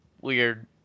weird